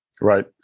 Right